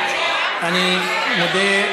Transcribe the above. אני מודה.